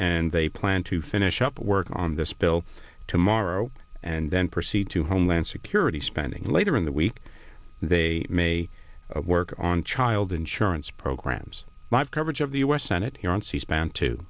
and they plan to finish up work on this bill tomorrow and then proceed to homeland security spending later in the week they may work on child insurance programs coverage of the u s senate here on c span to